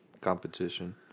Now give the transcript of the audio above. competition